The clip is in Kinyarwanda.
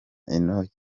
inteko